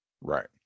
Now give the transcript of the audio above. right